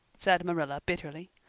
said marilla bitterly.